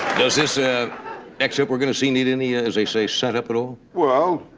does this ah excerpt, we're going to see, need any, ah as they say, set up at all? well,